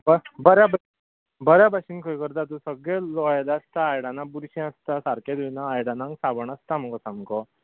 अ बरें भशेन बरें भशेन खंय करता तूं सगलें लोयळेले आसता आयदनां बुरशीं आसता सारकें धुयना आयदणांक साबण आसता मुगो सामको